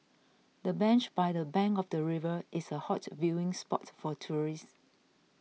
the bench by the bank of the river is a hot viewing spot for tourists